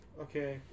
Okay